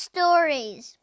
Stories